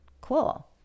cool